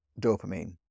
dopamine